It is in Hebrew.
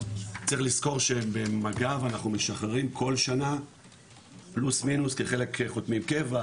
צריך לזכור שבמג"ב אנחנו משחררים כל שנה פלוס מינוס חלק מקבע,